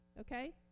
Okay